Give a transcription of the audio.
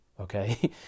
okay